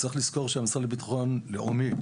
צריך לזכור שהמשרד לביטחון לאומי,